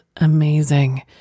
amazing